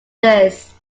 this